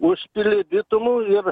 užpili bitumu ir